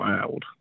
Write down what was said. Wild